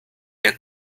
der